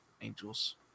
Angels